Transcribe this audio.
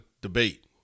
debate